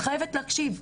את חייבת להקשיב.